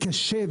קשה,